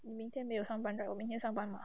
你明天没有上班 right 我明天上班吗